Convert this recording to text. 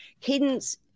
Cadence